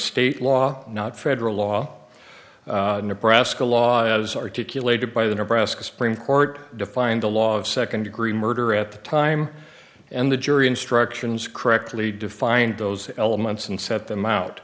state law not federal law nebraska law as articulated by the nebraska supreme court defined the law of second degree murder at the time and the jury instructions correctly defined those elements and set them out